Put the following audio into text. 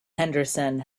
henderson